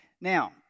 Now